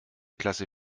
klasse